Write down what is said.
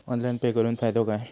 Online pay करुन फायदो काय?